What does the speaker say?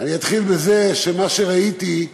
אני אתחיל בזה שמה שראיתי,